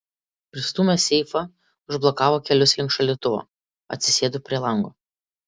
pristūmęs seifą užblokavo kelius link šaldytuvo atsisėdo prie lango